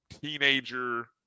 teenager